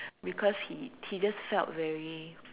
because he he just felt very